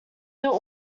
this